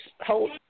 hold –